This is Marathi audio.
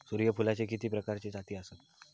सूर्यफूलाचे किती प्रकारचे जाती आसत?